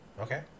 okay